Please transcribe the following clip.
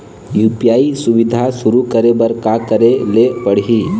UPI सुविधा शुरू करे बर का करे ले पड़ही?